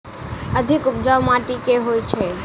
अधिक उपजाउ माटि केँ होइ छै?